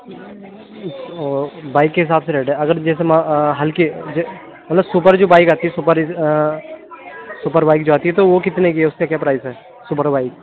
bike کے حساب سے ریٹ ہے اگر جیسے مان لو ہلکی مطلب سپر جو بائیک آتی ہے سپر سپر بائیک جو آتی ہے تو وہ کتنے کی ہے اُس کے کیا پرائز ہے سپر بائیک